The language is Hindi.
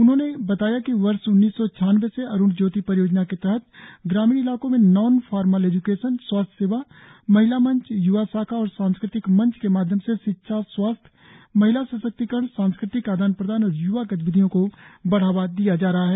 उन्होंने बताया कि वर्ष उन्नीस सौ छानबे से अरुणज्योती परियोजना के तहत ग्रामीण इलाकों में नॉन फार्मल एज्केशन स्वास्थ्य सेवा महिला मंच य्वा शाखा और सांस्कृतिक मंच के माध्यम से शिक्षा स्वास्थ्य महिला सशक्तिकरण सांस्कृतिक आदान प्रदान और य्वा गतिविधियों को बढ़ावा दिया जा रहा है